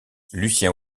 lucien